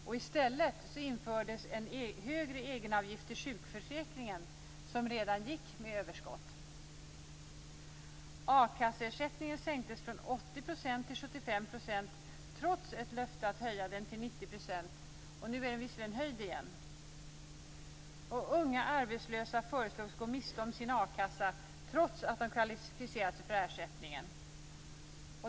I stället infördes en högre egenavgift i sjukförsäkringen, som redan gick med överskott. trots ett löfte att höja den till 90 %. Nu är den visserligen höjd igen.